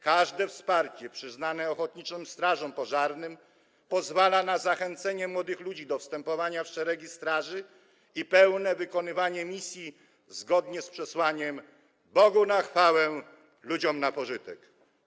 Każde wsparcie przyznane ochotniczym strażom pożarnym pozwala na zachęcenie młodych ludzi do wstępowania w szeregi straży i pełne wykonywanie misji zgodnie z przesłaniem: Bogu na chwałę, ludziom na pożytek.